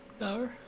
No